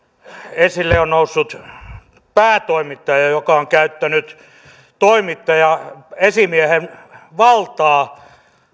esille on noussut päätoimittaja joka on käyttänyt toimittajaesimiehen valtaa